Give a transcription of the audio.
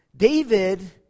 David